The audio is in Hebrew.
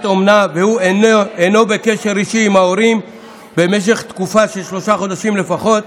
אומנה והוא אינו בקשר אישי עם ההורים במשך תקופה של שלושה חודשים לפחות,